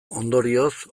ondorioz